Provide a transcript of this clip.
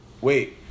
wait